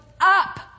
up